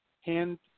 hand